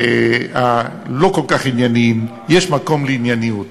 הלא-כל-כך ענייניים, יש מקום לענייניות.